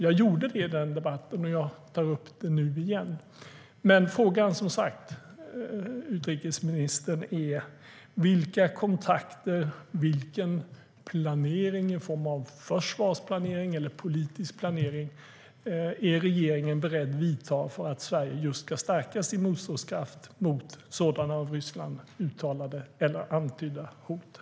Jag gjorde det i den debatten, och jag tar upp det nu igen.